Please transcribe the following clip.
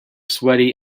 sweaty